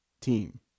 team